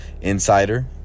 insider